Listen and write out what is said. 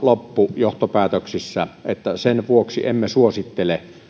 loppujohtopäätöksissä eli sen vuoksi emme suosittele